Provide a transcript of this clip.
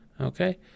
Okay